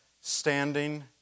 standing